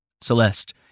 Celeste